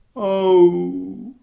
o!